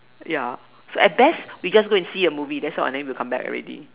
ya so at best we just go and see a movie that's all then we will come back already